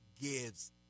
gives